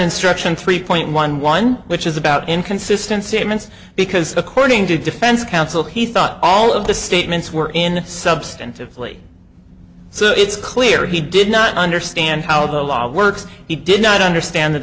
instruction three point one one which is about inconsistent statements because according to defense counsel he thought all of the statements were in substantively so it's clear he did not understand how the law works he did not understand that